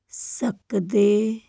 ਸਕਦੇ